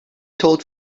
told